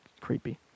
creepy